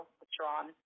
withdrawn